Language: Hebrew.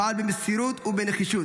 פעל במסירות ובנחישות,